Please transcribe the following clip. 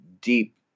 deep